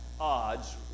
odds